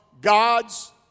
God's